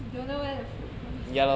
you don't know where the food goes